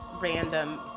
random